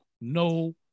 no